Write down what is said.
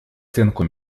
оценку